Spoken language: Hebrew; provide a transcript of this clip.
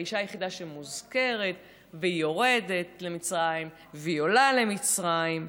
האישה היחידה שמוזכרת ויורדת למצרים והיא עולה ממצרים.